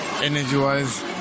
energy-wise